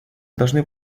должны